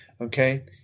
Okay